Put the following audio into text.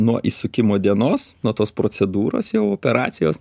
nuo įsukimo dienos nuo tos procedūros jau operacijos